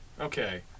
Okay